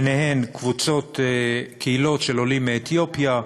בהן קבוצות, קהילות, של עולים מאתיופיה,